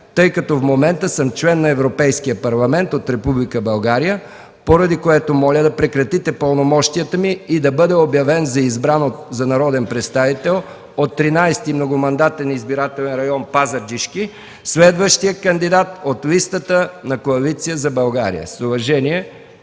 тъй като в момента съм член на Европейския парламент от Република България, поради което моля да прекратите пълномощията ми и да бъде обявен за избран за народен представител от 13. многомандатен избирателен район, Пазарджишки, следващият кандидат от листата на Коалиция за България. С уважение